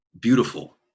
beautiful